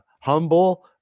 humble